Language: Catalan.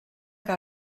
que